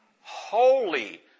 Holy